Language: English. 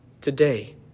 today